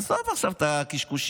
עזוב עכשיו את הקשקושים,